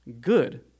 good